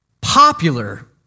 popular